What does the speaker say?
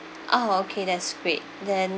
ah okay that's great then